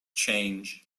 change